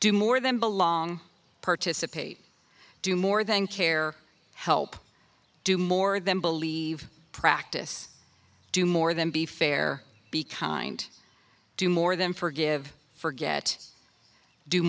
do more than belong participate do more than care help do more than believe practice do more than be fair be kind to more than forgive forget do